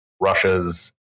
Russia's